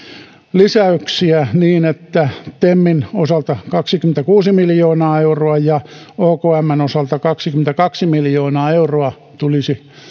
lisäyksiä niin että temin osalta kaksikymmentäkuusi miljoonaa euroa ja okmn osalta kaksikymmentäkaksi miljoonaa euroa tulisi